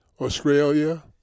Australia